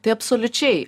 tai absoliučiai